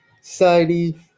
society